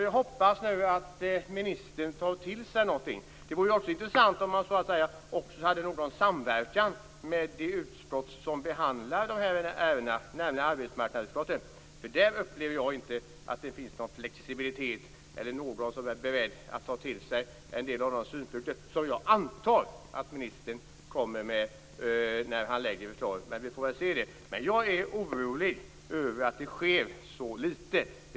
Jag hoppas därför att ministern nu tar till sig något. Det vore också intressant om han sade att han också hade någon samverkan med det utskott som behandlar dessa ärenden, nämligen arbetsmarknadsutskottet. Jag upplever inte att det finns någon flexibilitet där eller någon som är beredd att ta till sig en del av de synpunkter som jag antar att ministern kommer med när han lägger fram förslaget. Men vi får väl se hur det blir. Jag är emellertid orolig över att det sker så lite.